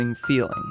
feeling